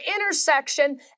intersection